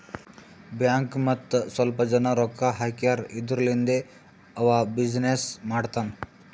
bank ಮತ್ತ ಸ್ವಲ್ಪ ಜನ ರೊಕ್ಕಾ ಹಾಕ್ಯಾರ್ ಇದುರ್ಲಿಂದೇ ಅವಾ ಬಿಸಿನ್ನೆಸ್ ಮಾಡ್ತಾನ್